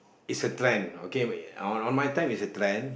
it's a trend okay on my time it's a trend